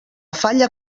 falla